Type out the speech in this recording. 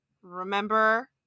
Remember